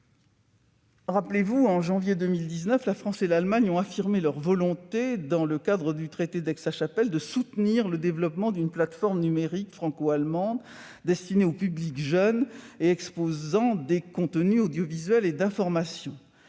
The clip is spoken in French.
Rappelez-vous, en janvier 2019, la France et l'Allemagne ont affirmé leur volonté, dans le cadre du traité d'Aix-la-Chapelle, de soutenir le développement d'une plateforme numérique franco-allemande destinée au public jeune et exposant des contenus audiovisuels et d'information.